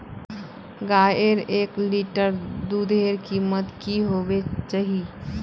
गायेर एक लीटर दूधेर कीमत की होबे चही?